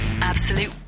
Absolute